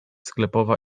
sklepowa